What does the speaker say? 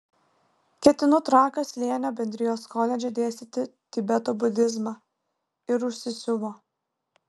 ketinu trakio slėnio bendrijos koledže dėstyti tibeto budizmą ir užsisiuvo